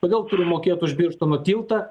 kodėl turiu mokėt už birštono tiltą